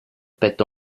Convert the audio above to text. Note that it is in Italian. petto